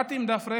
באתי עם דף ריק.